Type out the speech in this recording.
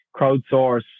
crowdsource